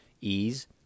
ease